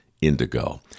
indigo